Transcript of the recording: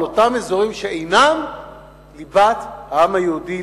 על אותם אזורים שאינם ליבת העם היהודי,